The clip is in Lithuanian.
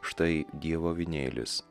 štai dievo avinėlis